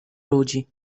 ludzi